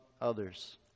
others